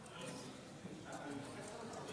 חברי הכנסת,